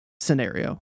scenario